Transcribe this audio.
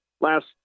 last